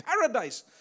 Paradise